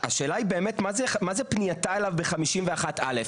השאלה היא באמת מה זה "פנייתה אליו" בסעיף 51(א).